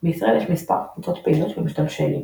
בישראל יש מספר קבוצות פעילות של משתמשי לינוקס.